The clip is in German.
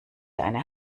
eine